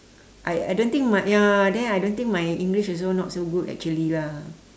I I don't think my ya then I don't think my English also not so good actually lah